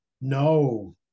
No